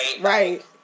right